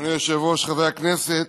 אדוני היושב-ראש, חברי הכנסת,